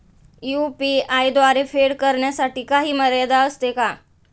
UPI द्वारे फेड करण्यासाठी काही मर्यादा असते का?